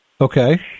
Okay